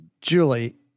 Julie